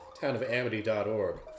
townofamity.org